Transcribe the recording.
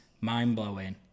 mind-blowing